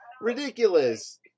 ridiculous